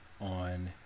on